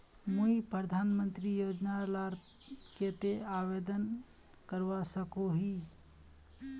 मुई प्रधानमंत्री योजना लार केते आवेदन करवा सकोहो ही?